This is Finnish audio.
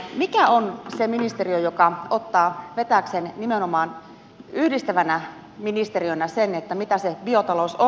mikä on se ministeriö joka ottaa vetääkseen nimenomaan yhdistävänä ministeriönä sen mitä se biotalous on